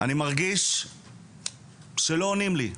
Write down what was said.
אני מרגיש שלא עונים לי.